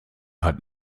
hat